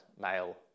male